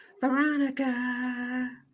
Veronica